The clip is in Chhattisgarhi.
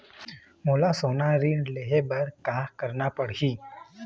मोला सोना ऋण लहे बर का करना पड़ही?